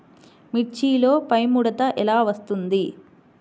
మిర్చిలో పైముడత ఎలా వస్తుంది?